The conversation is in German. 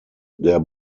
der